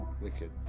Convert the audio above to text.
Wicked